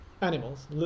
animals